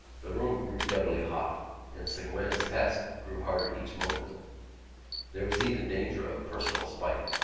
the room grew doubly hot and segouin's task grew harder each moment there was even danger of personal spite.